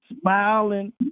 smiling